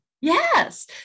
Yes